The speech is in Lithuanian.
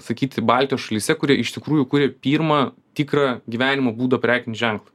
sakyti baltijos šalyse kurie iš tikrųjų kuria pirmą tikrą gyvenimo būdo prekinį ženklą